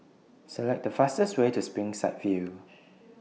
Select The fastest Way to Springside View